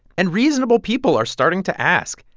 and reasonable people are starting to ask,